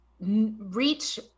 reach